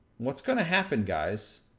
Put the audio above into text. what's gonna happen, guys,